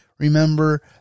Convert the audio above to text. Remember